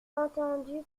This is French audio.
attendu